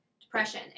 depression